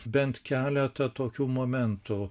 bent keletą tokių momentų